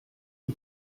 une